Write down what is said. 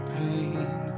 pain